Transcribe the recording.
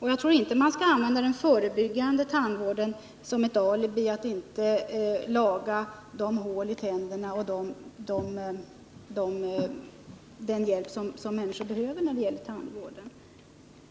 Jag trorinte att man skall använda den förebyggande tandvården som alibi för att inte laga hål i tänderna eller ge människor den hjälp de behöver vad det gäller tandvården.